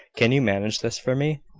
can you manage this for me?